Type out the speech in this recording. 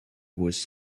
was